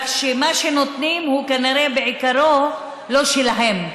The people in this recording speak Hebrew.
רק שמה שנותנים הוא כנראה בעיקר לא שלהם.